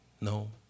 No